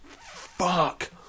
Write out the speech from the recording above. fuck